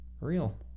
real